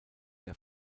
der